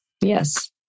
Yes